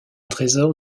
trésor